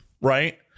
Right